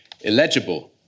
illegible